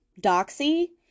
doxy